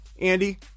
Andy